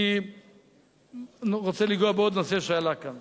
אני רוצה לגעת בעוד נושא שעלה כאן.